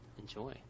Enjoy